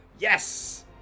Yes